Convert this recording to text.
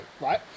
right